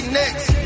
next